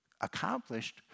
accomplished